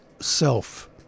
self